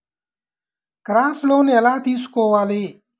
Crop loan ఎలా తీసుకోవాలి?